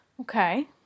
Okay